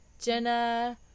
Jenna